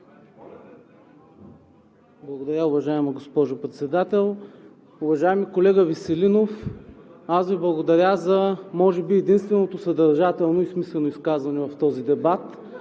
Благодаря, уважаема госпожо Председател. Уважаеми колега Веселинов, благодаря Ви, за може би единственото съдържателно и смислено изказване в този дебат,